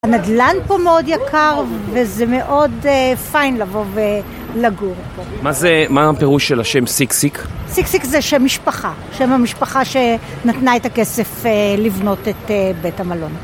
הנדלן פה מאוד יקר, וזה מאוד פיין לבוא ולגור מה הפירוש של השם סיקסיק? סיקסיק זה שם משפחה שם המשפחה שנתנה את הכסף לבנות את בית המלון